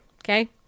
Okay